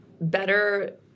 better